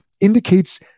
indicates